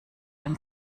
dem